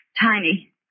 Tiny